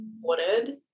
wanted